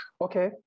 Okay